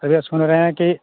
भैया सुन रहे हैं कि